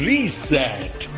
Reset